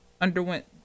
underwent